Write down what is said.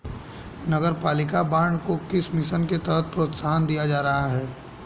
नगरपालिका बॉन्ड को किस मिशन के तहत प्रोत्साहन दिया जा रहा है?